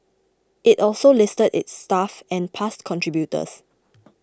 it also listed its staff and past contributors